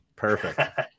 Perfect